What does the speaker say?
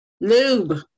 lube